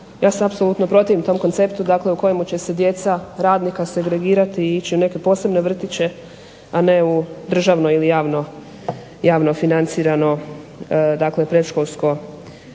Ja se apsolutno protivim tom konceptu u kojemu će se djeca radnika segregirati i ići u neke posebne vrtiće, a ne u državno ili javno financirano dakle predškolsko